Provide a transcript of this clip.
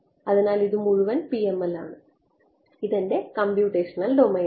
അതിനാൽ ഇത് മുഴുവൻ PML ആണ് ഇത് എന്റെ കമ്പ്യൂട്ടേഷണൽ ഡൊമെയ്നാണ്